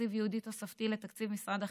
מתקציב ייעודי תוספתי לתקציב משרד החינוך,